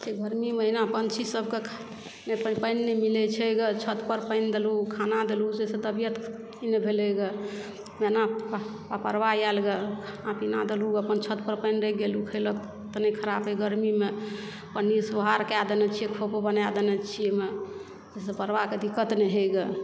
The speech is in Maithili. गरमी महिना पंक्षी सबके पानि नहि मिलै छै ग छत पर पानि देलहुॅं खाना देलहुॅं जाहिसॅं तबियत ई नहि भेलै ग मैना परबा आयल ग खाना पीना देलहुॅं अपन छत पर पानि देल गेलहुॅं खेलक तऽ नहि खराब अइ गरमीमे पन्नी आर से ओहार कए देने छियै खोप बना देने छियै जाहिसॅं परबा के दिक्कत नहि होइ ग